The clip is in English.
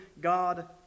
God